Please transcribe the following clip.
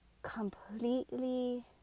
Completely